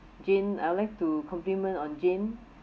jane I'd like to complement on jane